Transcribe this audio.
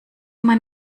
mein